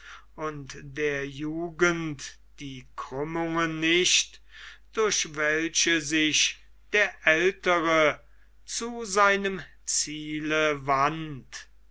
und der jugend die krümmungen nicht durch welche sich der ältere zu seinem ziele wand